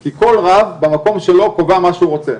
כי כל רב במקום שלו קובע מה שהוא רוצה.